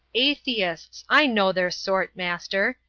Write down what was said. atheists! i know their sort, master.